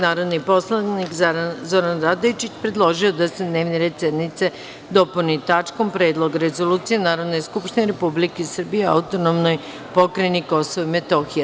Narodni poslanik Zoran Radojičić, predložio je da se dnevni red sednice dopuni tačkom – Predlog rezolucije Narodne skupštine Republike Srbije o Autonomnoj pokrajini Kosovo i Metohija.